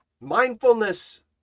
mindfulness